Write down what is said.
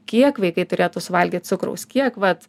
kiek vaikai turėtų suvalgyt cukraus kiek vat